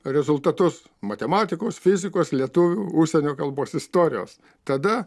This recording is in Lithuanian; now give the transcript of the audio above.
rezultatus matematikos fizikos lietuvių užsienio kalbos istorijos tada